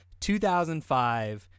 2005